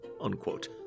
unquote